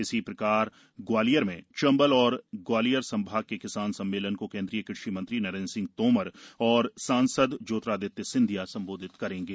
इसी प्रकार ग्वालियर में चंबल और ग्वालियर संभाग के किसान सम्मेलन को केन्द्रीय कृषि मंत्री नरेन्द्र सिंह तोमर और सांसद श्री ज्योतिरादित्य सिंधिया संबोधित करेंगे